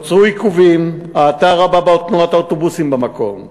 נוצרו עיכובים, האטה רבה בתנועת האוטובוסים במקום.